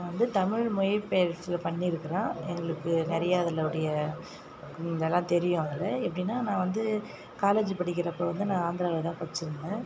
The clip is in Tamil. நான் வந்து தமிழ் மொழிபெயர்ச்சியில் பண்ணியிருக்கிறேன் எங்களுக்கு நிறையா அதுலேவுடைய நல்லா தெரியும் அதில் எப்படினா நான் வந்து காலேஜ் படிக்கிறப்போ வந்து நான் ஆந்திராவில் தான் படிச்சுருந்தேன்